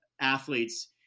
athletes